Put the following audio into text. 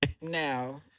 now